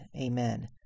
Amen